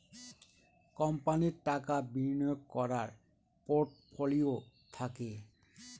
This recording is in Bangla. কোম্পানির টাকা বিনিয়োগ করার পোর্টফোলিও থাকে